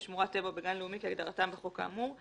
בשמורת טבע או בגן לאומי כהגדרתם בחוק האמור,